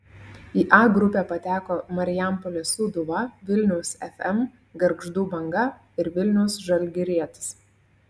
į a grupę pateko marijampolės sūduva vilniaus fm gargždų banga ir vilniaus žalgirietis